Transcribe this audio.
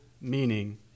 meaning